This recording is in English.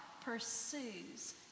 pursues